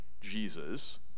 Jesus